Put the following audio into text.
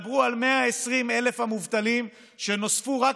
מיהדות התפוצות נצטרך להעלות את הריבית